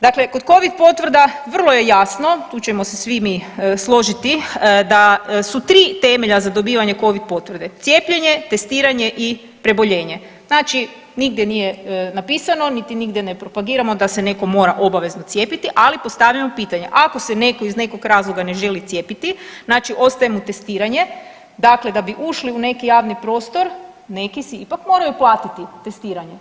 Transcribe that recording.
Dakle, kod covid potvrda vrlo je jasno, tu ćemo se svi mi složiti da su 3 temelja za dobivanje covid potvrde, cijepljenje, testiranje i preboljenje, znači nigdje nije napisano niti nigdje ne propagiramo da se neko mora obavezno cijepiti, ali postavljamo pitanje ako se neko iz nekog razloga ne želi cijepiti, znači ostaje mu testiranje, dakle da bi ušli u neki javni prostor neki si ipak moraju platiti testiranje.